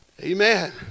Amen